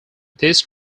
these